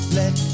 let